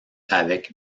avec